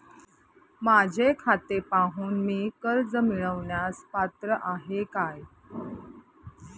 माझे खाते पाहून मी कर्ज मिळवण्यास पात्र आहे काय?